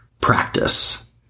practice